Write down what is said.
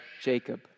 Jacob